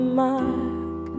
mark